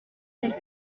tels